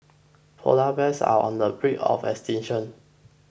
Polar Bears are on the brink of extinction